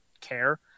care